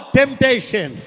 temptation